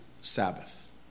Sabbath